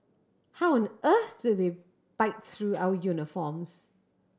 how on earth do they bite through our uniforms